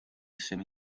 semi